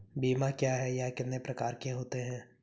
बीमा क्या है यह कितने प्रकार के होते हैं?